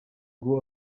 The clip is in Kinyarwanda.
ngo